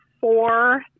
four